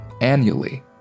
annually